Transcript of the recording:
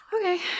Okay